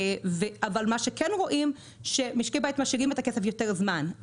אבל רואים שמשקי בית משאירים את הכסף יותר זמן.